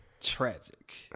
tragic